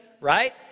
right